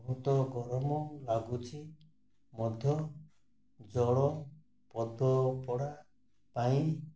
ବହୁତ ଗରମ ଲାଗୁଛି ମଧ୍ୟ ଜଳ ପଦପଡ଼ା ପାଇଁ